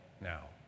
now